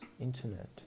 internet